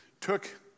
took